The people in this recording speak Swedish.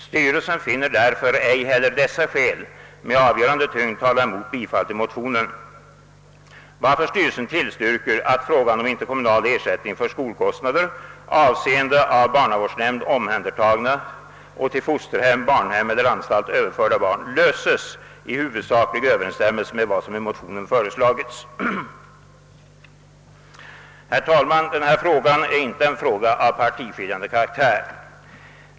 Styrelsen finner därför ej heller dessa skäl med avgörande tyngd tala emot bifall till motionen, varför styrelsen tillstyrker att frågan om interkommunal ersättning för skolkostnader avseende av barnavårdsnämnd omhändertagna och till fosterhem, barnhem eller anstalt överförda Herr talman! Denna fråga är inte av partiskiljande karaktär.